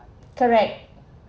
correct